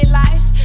life